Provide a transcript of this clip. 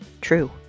true